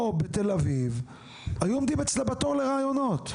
בתל אביב היו עומדים אצלה בתור לראיונות.